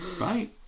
Right